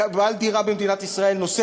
כבעל דירה נוספת במדינת ישראל.